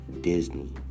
Disney